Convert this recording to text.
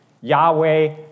Yahweh